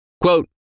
quote